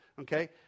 Okay